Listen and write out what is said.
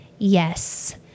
Yes